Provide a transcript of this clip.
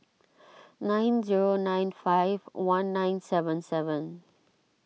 nine zero nine five one nine seven seven